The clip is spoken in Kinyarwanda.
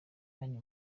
mani